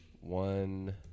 One